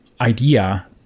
idea